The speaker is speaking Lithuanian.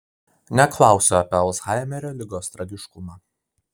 neklausiu apie alzhaimerio ligos tragiškumą